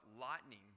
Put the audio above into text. lightning